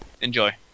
Enjoy